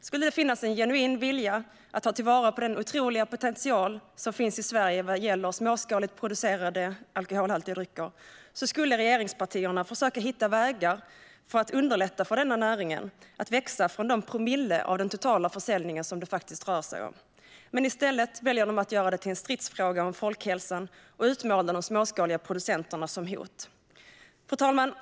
Skulle det finnas en genuin vilja att ta vara på den otroliga potential som finns i Sverige vad gäller småskaligt producerade alkoholhaltiga drycker skulle regeringspartierna försöka hitta vägar för att underlätta för denna näring att växa från de promillen av den totala försäljningen som det faktiskt rör sig om. Men i stället väljer de att göra det till en stridsfråga om folkhälsan och utmåla de småskaliga producenterna som hot. Fru talman!